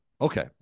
Okay